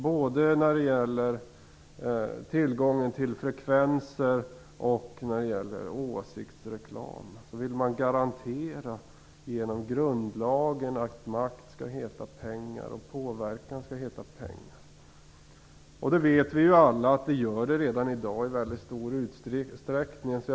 Både när det gäller tillgången till frekvenser och när det gäller åsiktsreklam vill man genom grundlagen garantera att makt och påverkan skall heta pengar. Vi vet alla att det redan i dag i väldigt stor utsträckning är så.